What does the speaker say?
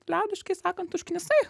liaudiškai sakant užknisai